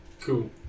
Cool